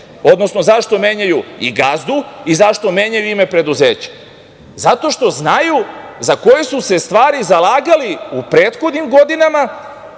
odnosno zašto menjaju i gazdu i zašto menjaju ime preduzeća? Zato što znaju za koju su se stvar zalagali u prethodnim godinama,